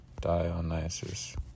Dionysus